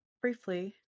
Briefly